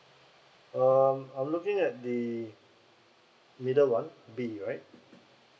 um I'm looking at the middle one B right